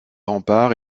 rempart